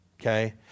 Okay